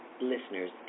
listeners